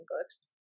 books